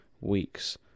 weeks